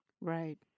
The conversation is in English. Right